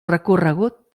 recorregut